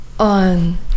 on